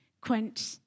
quench